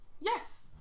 Yes